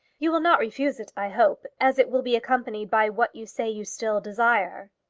you will not refuse it, i hope, as it will be accompanied by what you say you still desire.